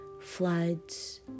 floods